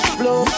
blow